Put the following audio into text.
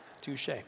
touche